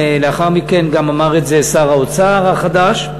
לאחר מכן גם אמר את זה שר האוצר החדש,